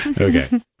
okay